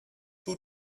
who